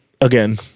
Again